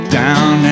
down